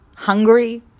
Hungry